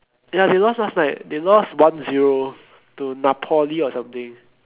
ya they lost last night they lost one zero to napoli or something